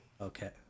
Okay